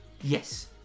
Yes